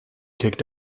kicked